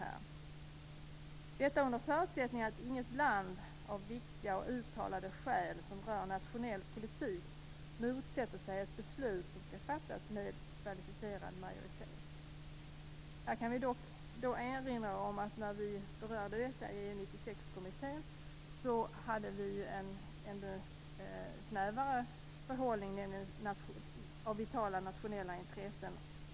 Detta gäller under förutsättning att inget land av viktiga och uttalade skäl som rör nationell politik motsätter sig att ett beslut skall fattas med kvalificerad majoritet. Dock kan jag här erinra om att vi när detta berördes i EU 96-kommittén hade en ännu snävare bestämning av vad som utgör vitala nationella intressen.